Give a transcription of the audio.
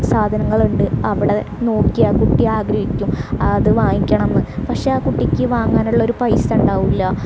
സാധനങ്ങളുണ്ട് അവിടെ നോക്കിയാൽ കുട്ടി ആഗ്രഹിക്കും അതു വാങ്ങിക്കണമെന്ന് പക്ഷെ ആ കുട്ടിക്കു വാങ്ങാനുള്ളൊരു പൈസയുണ്ടാകില്ല